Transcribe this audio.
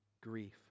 grief